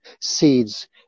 seeds